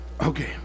Okay